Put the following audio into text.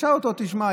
ונשאל אותו: תשמע,